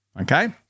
okay